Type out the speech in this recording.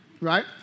right